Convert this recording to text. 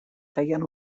feien